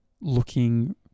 looking